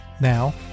Now